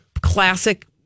classic